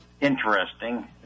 interesting